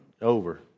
over